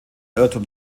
irrtum